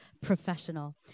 professional